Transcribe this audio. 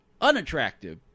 unattractive